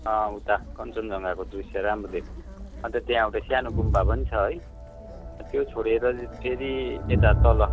उता कञ्चनजङ्घाको दृश्य राम्रो देख्छ अन्त त्यहाँबाट एउटा सानो गुम्बा पनि छ है त्यो छोडेर फेरि यता तल